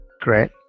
Great